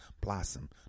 blossom